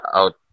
out